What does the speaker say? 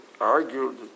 argued